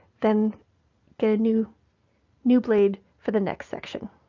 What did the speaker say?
then get a new new blade for the next section.